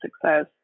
success